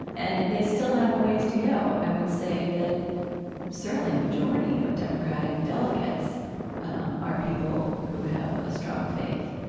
and they still have a ways to go. i would say that certainly a majority of democratic delegates um are people who have strong faith.